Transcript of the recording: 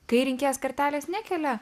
kai rinkėjas kartelės nekelia